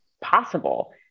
possible